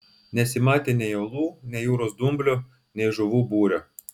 nesimatė nei uolų nei jūros dumblių nei žuvų būrio